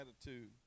attitude